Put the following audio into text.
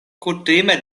kutime